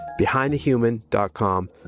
BehindTheHuman.com